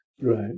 Right